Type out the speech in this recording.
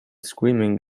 screaming